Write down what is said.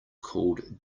called